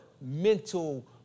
mental